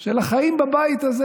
של החיים בבית הזה.